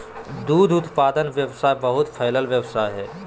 दूध उत्पादन व्यवसाय बहुत फैलल व्यवसाय हइ